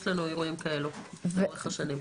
יש לנו אירועים כאלה לאורך השנים.